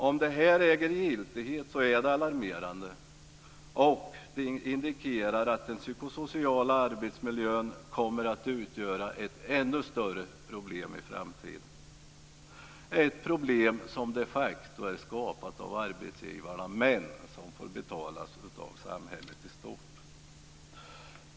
Om det här äger giltighet är det alarmerande. Det indikerar att den psykosociala arbetsmiljön kommer att utgöra ett ännu större problem i framtiden - ett problem som de facto är skapat av arbetsgivarna men som får betalas av samhället i stort.